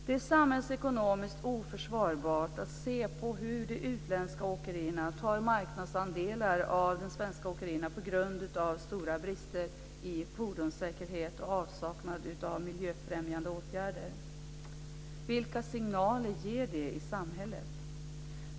Det är samhällsekonomiskt oförsvarbart att se på när de utländska åkerierna tar marknadsandelar av de svenska åkerierna på grund av stora brister i fordonssäkerhet och avsaknad av miljöfrämjande åtgärder. Vilka signaler ger det i samhället?